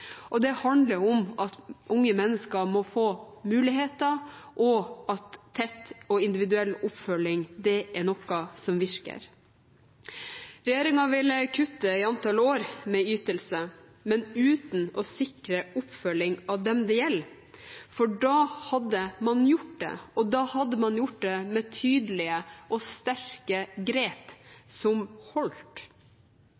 kompetanseheving. Det handler om at unge mennesker må få muligheter, og at tett og individuell oppfølging er noe som virker. Regjeringen vil kutte i antall år med ytelser, men uten å sikre oppfølging av dem det gjelder, for da hadde man gjort det, og da hadde man gjort det med tydelige og sterke grep